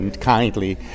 kindly